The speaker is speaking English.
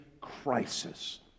crisis